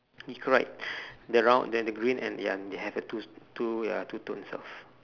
it's correct the round and then the green and ya they have a two two ya two tones of